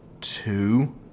two